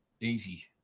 easy